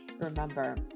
Remember